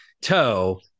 toe